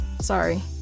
sorry